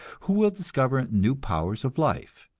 who will discover new powers of life,